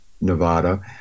Nevada